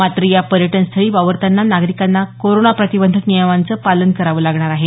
मात्र या पर्यटनस्थळी वावरतांना नागरिकांना कोरोना प्रतिबंधक नियमांचं पालन करावं लागणार आहे